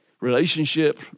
relationship